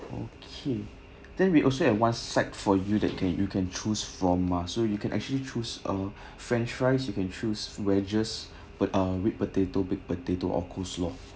okay then we also have one set for you that can you can choose from ah so you can actually choose uh french fries you can choose wedges ah whipped potato baked potato or coleslaw